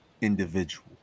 individual